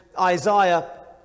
Isaiah